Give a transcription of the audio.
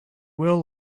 will